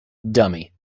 dummy